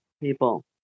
people